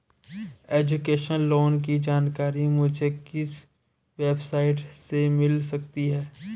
Education loan की जानकारी मुझे किस वेबसाइट से मिल सकती है?